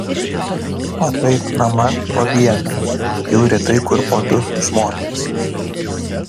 o taip naman po vieną jau retai kur po du žmones